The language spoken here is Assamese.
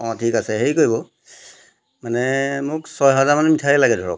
অঁ ঠিক আছে হেৰি কৰিব মানে মোক ছয় হাজাৰমান মিঠাই লাগে ধৰক